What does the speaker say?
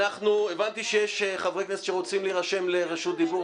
הבנתי שיש חברי כנסת שרוצים להירשם לרשות דיבור,